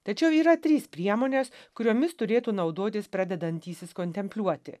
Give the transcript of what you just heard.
tačiau yra trys priemonės kuriomis turėtų naudotis pradedantysis kontempliuoti